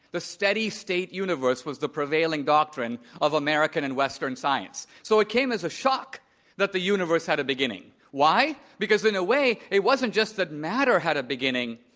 the steady state universe was the prevailing doctrine of american and western science so it came as a shock that the universe had a beginning. why? because, in a way, it wasn't just that matter had a beginning,